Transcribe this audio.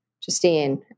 Justine